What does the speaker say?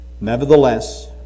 Nevertheless